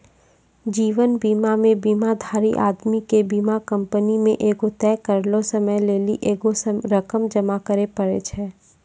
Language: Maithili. जीवन बीमा मे बीमाधारी आदमी के बीमा कंपनी मे एगो तय करलो समय लेली एगो रकम जमा करे पड़ै छै